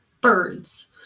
birds